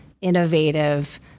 innovative